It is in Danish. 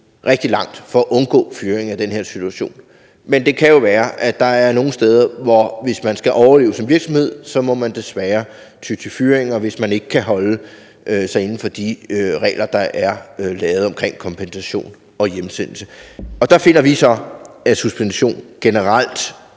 rigtig langt for at undgå fyringer i den her situation. Men det kan jo være, at der er nogle steder, hvor man, hvis man skal overleve som virksomhed, desværre må ty til fyringer, hvis man ikke kan holde sig inden for de regler, der er lavet, om kompensation og hjemsendelse. Der finder vi så, at en generel